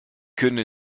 können